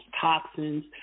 toxins